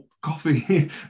coffee